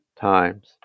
times